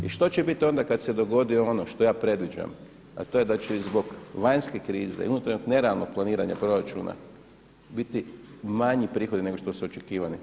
I što će biti onda kad se dogodi ono što ja predviđam, a to je da će zbog vanjske krize i unutarnjeg nerealnog planiranja proračuna biti manji prihodi nego što se očekivani.